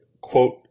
quote